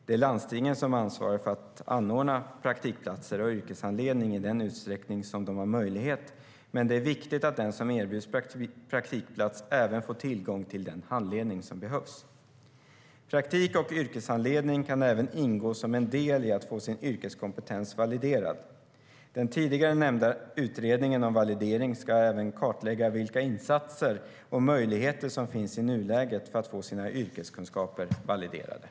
Det är landstingen som ansvarar för att anordna praktikplatser och yrkeshandledning i den utsträckning som de har möjlighet, men det är viktigt att den som erbjuds praktikplats även får tillgång till den handledning som behövs. Praktik och yrkeshandledning kan även ingå som en del i att få sin yrkeskompetens validerad. Den tidigare nämnda utredningen om validering ska även kartlägga vilka insatser och möjligheter som finns i nuläget för att få sina yrkeskunskaper validerade.